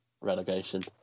relegation